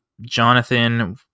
Jonathan